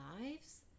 lives